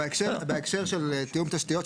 בהקשר של תיאום תשתיות,